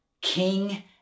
king